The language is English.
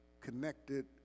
connected